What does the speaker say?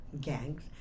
gangs